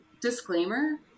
disclaimer